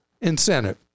incentive